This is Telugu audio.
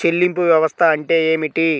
చెల్లింపు వ్యవస్థ అంటే ఏమిటి?